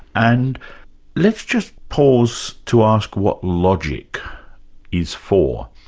and let's just pause to ask what logic is for.